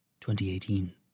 2018